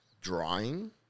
drawing